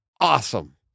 awesome